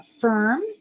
firm